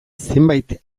zenbait